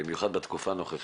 במיוחד בתקופה הנוכחית.